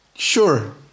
sure